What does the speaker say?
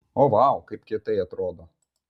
o vau kaip kietai atrodo